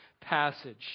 passage